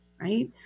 right